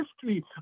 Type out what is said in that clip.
history